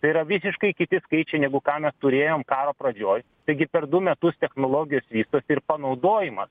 tai yra visiškai kiti skaičiai negu ką mes turėjom karo pradžioj taigi per du metus technologijos vystosi ir panaudojimas